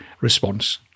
response